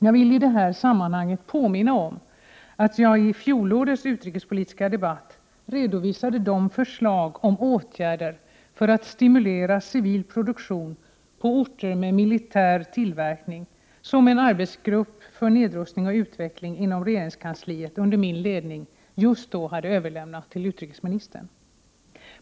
Jag vill i det här sammanhanget påminna om att jag i fjolårets utrikespolitiska debatt redovisade de förslag till åtgärder för att stimulera civil produktion på orter med militär tillverkning som en arbetsgrupp för nedrustning och utveckling inom regeringskansliet under min ledning just då hade överlämnat till utrikesministern.